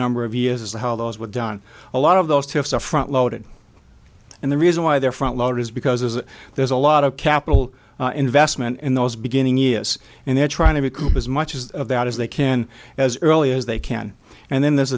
number of years as to how those were done a lot of those tips are front loaded and the reason why their front load is because there's a there's a lot of capital investment in those beginning years and they're trying to recoup as much as that as they can as early as they can and then there's